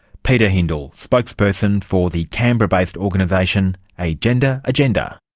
peter hyndal, spokesperson for the canberra-based organisation a gender agenda.